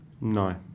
No